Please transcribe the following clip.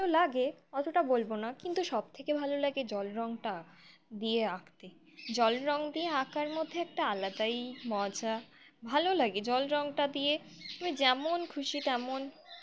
লাগে অত টা বলবো না কিন্তু সব থেকে ভালো লাগে জল রংটা দিয়ে আঁকতে জল রঙ দিয়ে আঁকার মধ্যে একটা আলাদাই মজা ভালো লাগে জল রঙ টা দিয়ে তুমি যেমন খুশি তেমন